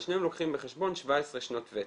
אבל שניהם לוקחים בחשבון 17 שנות וותק,